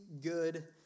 good